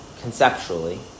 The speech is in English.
conceptually